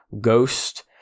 Ghost